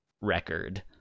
record